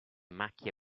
macchie